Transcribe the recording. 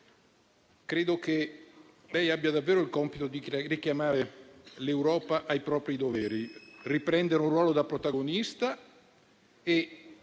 Meloni, lei ha davvero il compito di richiamare l'Europa ai propri doveri, di riprendere un ruolo da protagonista e